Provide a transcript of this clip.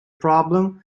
problem